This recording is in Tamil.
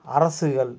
அரசுகள்